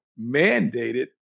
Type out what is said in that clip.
mandated